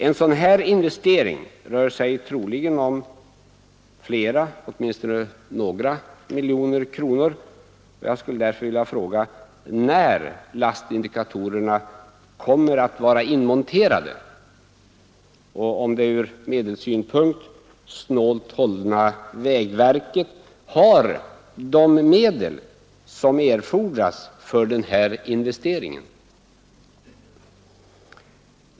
En sådan här investering rör sig troligen om flera, åtminstone några miljoner kronor, och jag vill därför fråga när lastindikatorerna kommer att vara inmonterade och om det ur medelssynpunkt snålt hållna vägverket har de medel som erfordras för den investeringen.